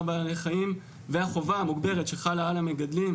בעלי חיים והחובה המוגדרת שחלה על המגדלים,